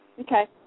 Okay